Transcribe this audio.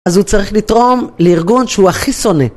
אז הוא צריך לתרום לארגון שהוא הכי שונא